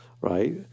Right